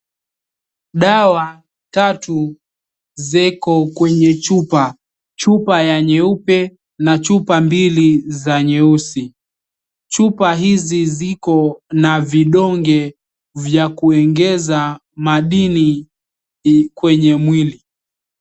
Dawa tatu ziko kwenye chupa. Chupa ya nyeupe na chupa mbili za nyeusi. Chupa hizi ziko na vidonge vya kuongeza madini kwenye mwili.